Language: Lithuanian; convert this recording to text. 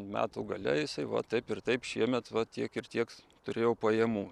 metų gale jisai va taip ir taip šiemet va tiek ir tieks turėjau pajamų